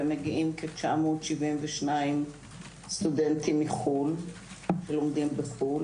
ומגיעים כ-972 סטודנטים שלומדים בחו"ל.